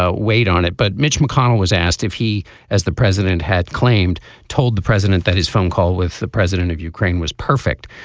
ah weight on it but mitch mcconnell was asked if he as the president had claimed told the president that his phone call with the president of ukraine was perfect.